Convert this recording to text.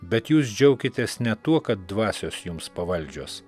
bet jūs džiaukitės ne tuo kad dvasios jums pavaldžios